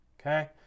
okay